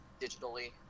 Digitally